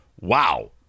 Wow